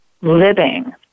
living